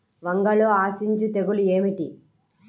వంగలో ఆశించు తెగులు ఏమిటి?